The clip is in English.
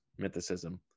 mythicism